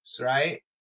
right